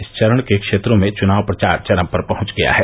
इस चरण के क्षेत्रों में चुनाव प्रचार चरम पर पहुंच गया है